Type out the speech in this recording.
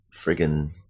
friggin